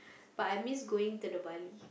but I miss going to the Bali